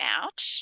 out